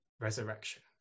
resurrection